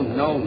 no